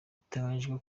biteganyijwe